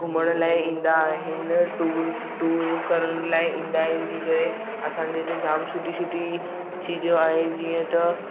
घुमण लाइ ईंदा आहिनि टूर्स टूर करण लाइ ईंदा आहिनि जी करे असांजे इते जामु सुठी सुठी चीजूं आहिनि जीअं त